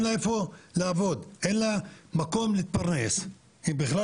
איפה לעבוד, אין לה מקום להתפרנס, היא בכלל